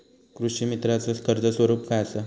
कृषीमित्राच कर्ज स्वरूप काय असा?